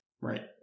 Right